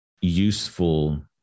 useful